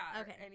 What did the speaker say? Okay